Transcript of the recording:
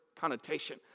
connotation